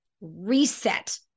reset